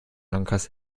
landkreis